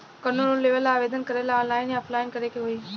कवनो लोन लेवेंला आवेदन करेला आनलाइन या ऑफलाइन करे के होई?